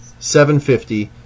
$750